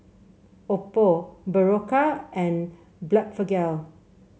Oppo Berocca and Blephagel